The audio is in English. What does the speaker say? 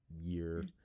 year